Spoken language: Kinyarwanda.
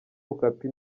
okapi